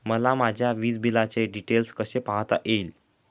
मला माझ्या वीजबिलाचे डिटेल्स कसे पाहता येतील?